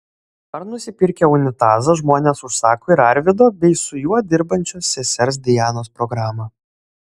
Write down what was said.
ar nusipirkę unitazą žmonės užsako ir arvydo bei su juo dirbančios sesers dianos programą